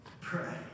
pray